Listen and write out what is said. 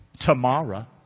tomorrow